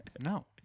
No